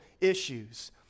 issues